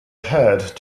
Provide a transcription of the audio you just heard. head